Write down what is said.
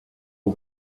aux